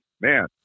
man